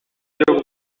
gukora